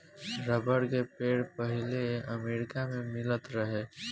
rubber के पेड़ पहिले अमेरिका मे मिलत रहे